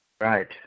Right